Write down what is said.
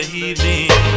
evening